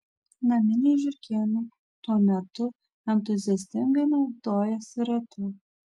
naminiai žiurkėnai tuo metu entuziastingai naudojasi ratu